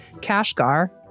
Kashgar